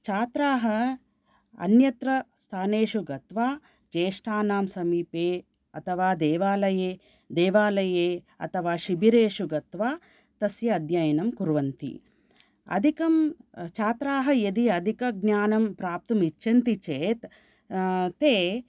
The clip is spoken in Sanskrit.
छात्राः अन्यत्र स्थानेषु गत्वा ज्येष्ठानां समीपे अथवा देवालये देवालये अथवा शिबिरेषु गत्वा तस्य अध्ययनं कुर्वन्ति अधिकं छात्राः यदि अधिकं ज्ञानं प्राप्तुमिच्छन्ति चेत् ते